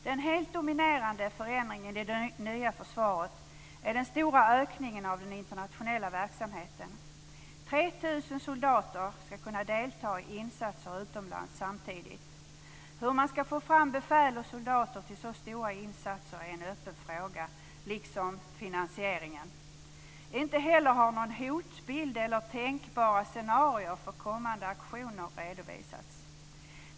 Den helt dominerande förändringen i det nya försvaret är den stora ökningen av den internationella verksamheten. 3 000 soldater ska kunna delta i insatser utomlands samtidigt. Hur man ska få fram befäl och soldater till så stora insatser är en öppen fråga, liksom finansieringen. Inte heller har någon hotbild eller tänkbara scenarier för kommande aktioner redovisats.